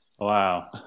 wow